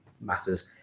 matters